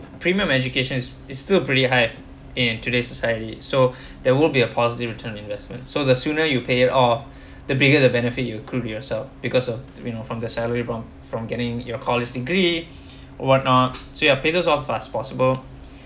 premium education is is still pretty high in today's society so there will be a positive return investment so the sooner you pay it off the bigger the benefit you prove yourself because of you know from the salary from from getting your college degree what not so ya pay those off as fast as possible